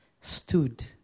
Stood